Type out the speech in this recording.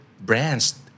Brand's